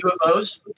ufos